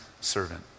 servant